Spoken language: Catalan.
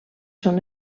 són